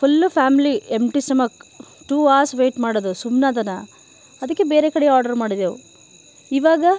full family empty stomach two hours wait ಮಾಡೋದು ಸುಮ್ನೆ ಅದನಾ ಅದಕ್ಕೆ ಬೇರೆ ಕಡೆ ಆರ್ಡ್ರ್ ಮಾಡಿದೆವು ಇವಾಗ